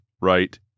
right